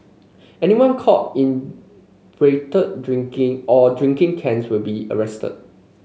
anyone caught inebriated drinking or drinking cans will be arrested